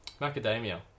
Macadamia